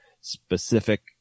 specific